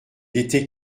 était